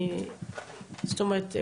זאת אומרת,